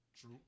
True